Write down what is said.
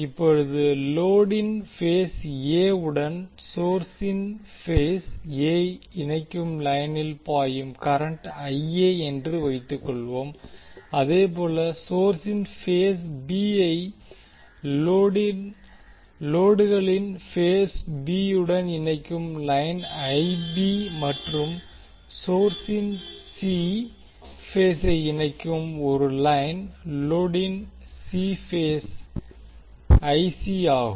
இப்போது லோடின் phase A வுடன் சோர்ஸின் பேஸ் A ஐ இணைக்கும் லைனில் பாயும் கரண்ட் என்று வைத்துக் கொள்வோம் அதேபோல் சோர்ஸின் பேஸ் B ஐ லோடுகளின் பேஸ் B உடன் இணைக்கும் லைன் மற்றும் சோர்ஸின் C பேசை இணைக்கும் ஒரு லைன் லோடின் சி பேஸ் ஆகும்